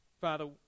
Father